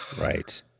Right